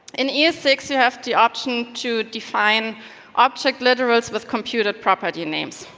in e s six, you have the option to define object literals with computer property and names.